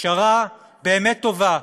פשרה באמת טובה,